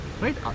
Right